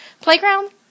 Playground